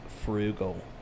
Frugal